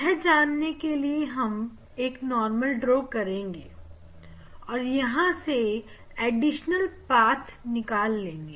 यह जानने के लिए हम एक नॉर्मल ड्रॉ करेंगे और यहां से एडिशनल पाथ निकाल लेंगे